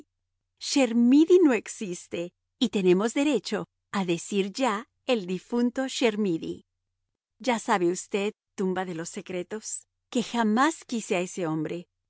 hay chermidy chermidy no existe y tenemos derecho a decir ya el difunto chermidy ya sabe usted tumba de los secretos que jamás quise a ese hombre